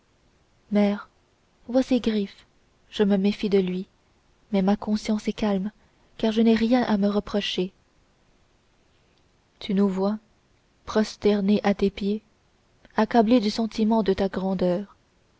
mère vois ces griffes je me méfie de lui mais ma conscience est calme car je n'ai rien à me reprocher tu nous vois prosternés à tes pieds accablés du sentiment de ta grandeur